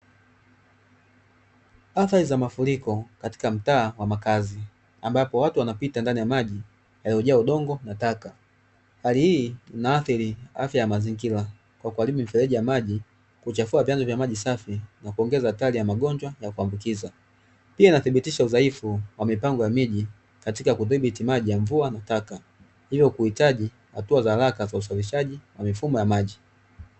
Athari za mafuriko katika mtaa wa makazi ambapo watu wanapita ndani ya maji yaliyojaa udongo na taka, hali hii inaathiri afya ya mazingira kwa kuharibu mifereji ya maji, kuchafua vyanzo vya maji safi na kuongeza hatari ya magonjwa ya kuambukizwa. Pia inathibitisha udhaifu wa mipango ya miji katika kudhibiti maji ya mvua na taka, hivyo kuhitaji hatua za haraka za usuluhishaji wa mifumo ya maji.